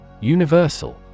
Universal